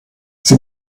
sie